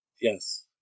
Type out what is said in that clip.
yes